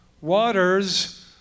waters